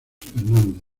hernández